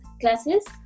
classes